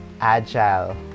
agile